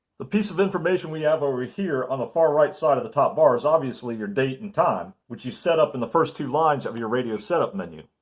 the piece of information we have over here on the far right side of the top bar is obviously your date and time which you set up in the first two lines of your radio setup menu.